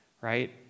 right